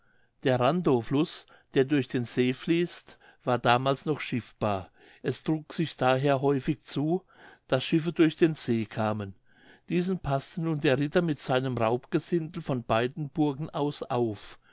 der randowfluß der durch den see fließt war damals noch schiffbar es trug sich daher häufig zu daß schiffe durch den see kamen diesen paßte nun der ritter mit seinem raubgesindel von beiden burgen aus auf